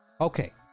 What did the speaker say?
Okay